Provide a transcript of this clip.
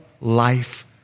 life